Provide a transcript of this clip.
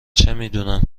چمیدونم